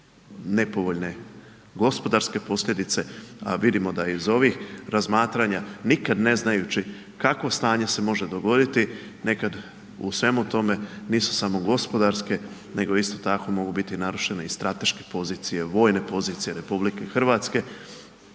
nepovoljne gospodarske posljedice, a vidimo da iz ovih razmatranja nikad ne znajući kakvo stanje se može dogoditi. Nekad u svemu tome nisu samo gospodarske, nego isto tako mogu biti narušene i strateške pozicije, vojne pozicije RH o kojima